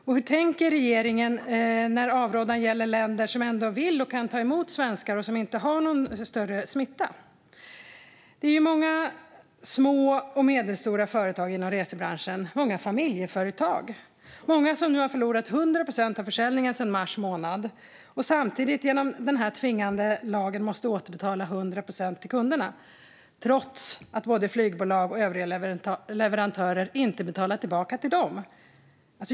Och hur tänker regeringen om avrådan från att resa till länder som inte har någon större smittspridning och som ändå vill och kan ta emot svenskar? Det finns många små och medelstora företag inom resebranschen. Många är familjeföretag. Många har sedan mars månad förlorat 100 procent av försäljningen och måste samtidigt genom denna tvingande lag återbetala 100 procent till kunderna, trots att både flygbolag och övriga leverantörer inte har betalat tillbaka till dem.